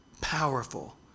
powerful